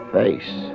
face